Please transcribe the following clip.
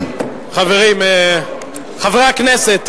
חברי הכנסת,